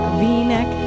v-neck